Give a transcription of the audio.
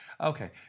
Okay